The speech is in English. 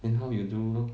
and how you do lor